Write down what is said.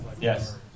Yes